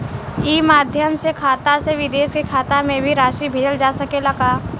ई माध्यम से खाता से विदेश के खाता में भी राशि भेजल जा सकेला का?